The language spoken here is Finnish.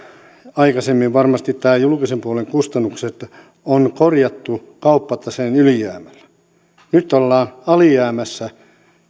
aikaisemmin varmasti tämän julkisen puolen kustannukset on korjattu kauppataseen ylijäämällä nyt ollaan alijäämässä